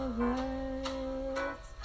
words